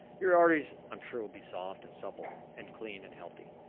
your arteries, i'm sure, will be soft and supple, and clean and healthy.